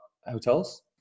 hotels